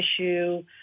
issue